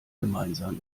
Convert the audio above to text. gemeinsam